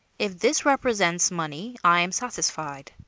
if this represents money, i am satisfied,